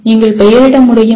நீங்கள் பெயரிட முடியுமா